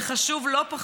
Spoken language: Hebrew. וחשוב לא פחות,